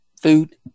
Food